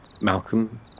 Malcolm